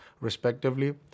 respectively